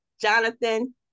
Jonathan